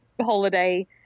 holiday